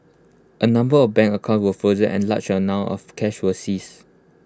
A number of bank accounts were frozen and A large amount of cash was seized